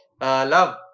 love